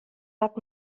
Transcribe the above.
hat